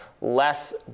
less